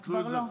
אז כבר לא.